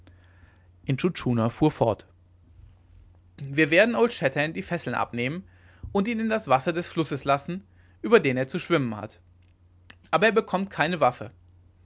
intschu tschuna fuhr fort wir werden old shatterhand die fesseln abnehmen und ihn in das wasser des flusses lassen über den er zu schwimmen hat aber er bekommt keine waffe